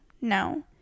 No